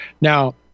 Now